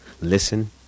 Listen